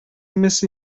مثل